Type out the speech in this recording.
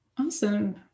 awesome